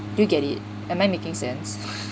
do you get it and then making sense